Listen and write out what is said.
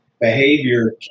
behavior